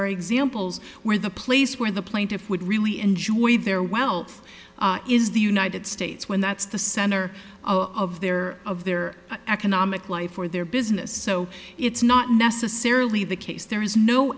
are examples where the place where the plaintiff would really enjoy their wealth is the united states when that's the center of their of their economic life or their business so it's not necessarily the case there is no